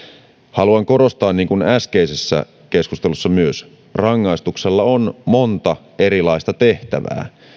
haluan korostaa niin kuin myös äskeisessä keskustelussa että rangaistuksella on monta erilaista tehtävää